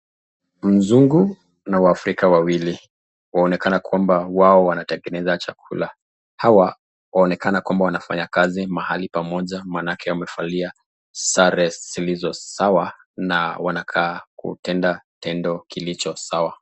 Mzungu na waafrika wawili, waonekana kwamba wao wanatengeneza chakula. Hawa waonekana kwamba wanafanya kazi mahali pamoja maanake wamevalia sare zilizo sawa na wanakaa kutenda kitendo kilicho sawa.